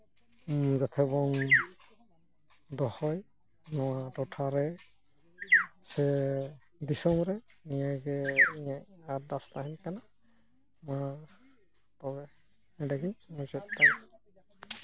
ᱡᱚᱛᱚ ᱵᱚᱱ ᱫᱚᱦᱚᱭ ᱱᱚᱣᱟ ᱴᱚᱴᱷᱟᱨᱮ ᱥᱮ ᱫᱤᱥᱚᱢ ᱨᱮ ᱱᱤᱭᱟᱹᱜᱮ ᱤᱧᱟᱹᱜ ᱟᱨᱫᱟᱥ ᱛᱟᱦᱮᱱ ᱠᱟᱱᱟ ᱢᱟ ᱛᱚᱵᱮ ᱱᱚᱸᱰᱮᱜᱤᱧ ᱢᱩᱪᱟᱹᱫ ᱮᱫᱟ